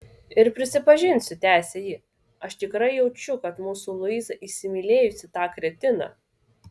ir prisipažinsiu tęsė ji aš tikrai jaučiu kad mūsų luiza įsimylėjusi tą kretiną